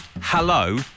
hello